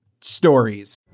stories